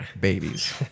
babies